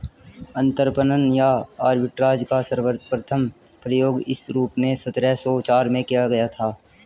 अंतरपणन या आर्बिट्राज का सर्वप्रथम प्रयोग इस रूप में सत्रह सौ चार में किया गया था